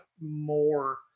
more